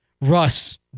Russ